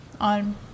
on